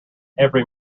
every